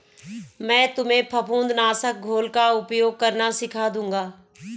मैं तुम्हें फफूंद नाशक घोल का उपयोग करना सिखा दूंगा